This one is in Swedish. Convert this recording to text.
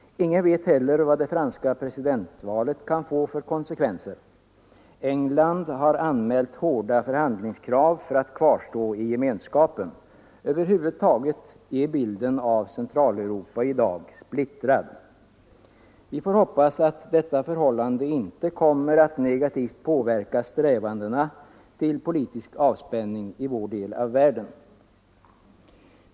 Ingen vet heller vad det franska presidentvalet kan få för konsekvenser. England har anmält hårda förhandlingskrav för att kvarstå i Gemenskapen. Över huvud taget är bilden av Europa i dag splittrad. Vi får hoppas att detta förhållande inte kommer att negativt påverka strävandena till politisk avspänning i vår del av världen.